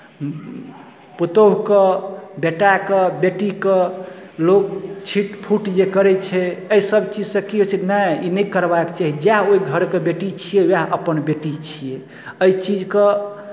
पुतहुके बेटाके बेटीके लोक छिट पुट जे करै छै एहिसभ चीजसँ की होइ छै नहि ई करबाक चाही जएह ओहि घरके बेटी छियै उएह अपन बेटी छियै एहि चीजकेँ